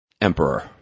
emperor